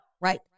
Right